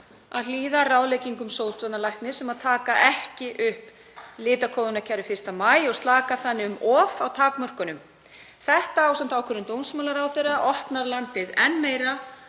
að hlýða ráðleggingum sóttvarnalæknis um að taka ekki upp litakóðunarkerfi 1. maí og slaka þannig um of á takmörkunum. Þetta, ásamt ákvörðun dómsmálaráðherra, opnar landið enn meira